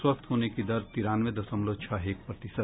स्वस्थ होने की दर तिरानवे दशमलव छह एक प्रतिशत